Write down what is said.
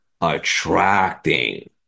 attracting